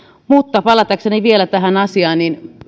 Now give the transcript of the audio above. mutta palatakseni vielä tähän asiaan